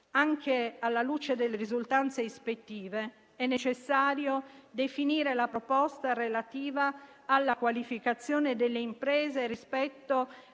Anche alla luce delle risultanze ispettive, è necessario definire la proposta relativa alla qualificazione delle imprese rispetto